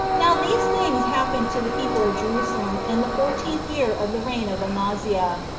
now these things happened to the people of jerusalem in the fourteenth year of the reign of amaziah,